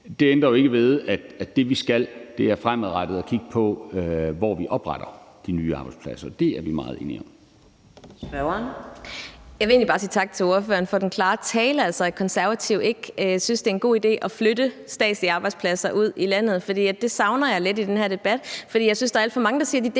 Det ændrer jo ikke ved, at det, vi skal, er fremadrettet at kigge på, hvor vi opretter de nye arbejdspladser. Det er vi meget enige i.